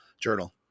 Journal